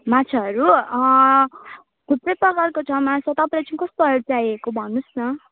माछाहरू थुप्रै प्रकारको छ माछा तपाईँलाई चाहिँ कस्तो खाले चाहिएको भन्नुहोस् न